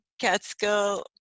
Catskill